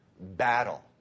battle